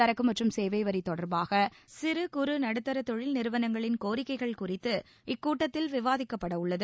சரக்கு மற்றும் சேவை வரி தொடர்பாக சிறு குறு குறு நடுத்தர தொழில் நிறுவனங்களின் கோரிக்கைகள் குறித்து இந்தக் கூட்டத்தில் விவாதிக்கப்படவுள்ளது